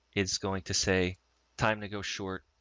it's going to say time to go short.